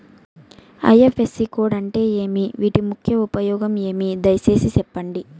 IFSC code అంటే ఏమి? వీటి ముఖ్య ఉపయోగం ఏమి? దయసేసి సెప్పండి?